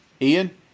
ian